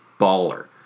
baller